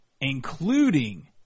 Including